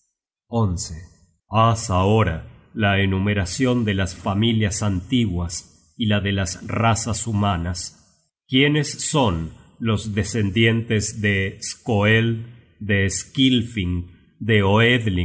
asianas haz ahora la enumeracion de las familias antiguas y la de las razas humanas quiénes son los descendientes de skoeld de skilfing de